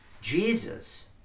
Jesus